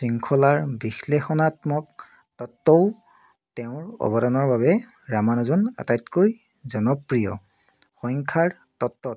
শৃংখলাৰ বিশ্লেষণাত্মক তত্ৱও তেওঁৰ অৱদানৰ বাবে ৰামানুজন আটাইতকৈ জনপ্ৰিয় সংখ্যাৰ তত্বত